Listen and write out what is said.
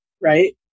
right